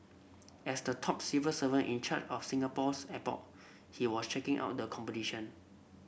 as the top civil servant in charge of Singapore's airport he was checking out the competition